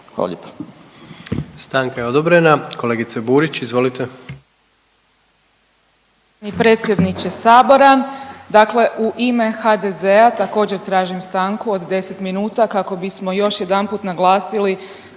Stanka je odobrena. Kolegice Radolović izvolite.